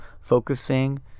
focusing